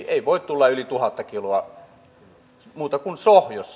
ei voi tulla yli tuhatta kiloa muuta kuin sohjossa